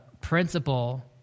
principle